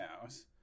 house